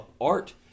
art